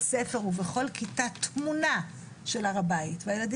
הוא לא דיון באמת על חשיבות המורשת של הר הבית אלא